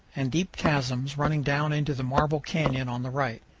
and deep chasms running down into the marble canyon on the right.